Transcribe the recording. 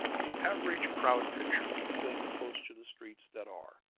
the average crowd picture will cling close to the streets that are,